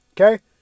Okay